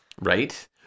Right